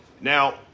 Now